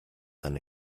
than